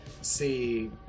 see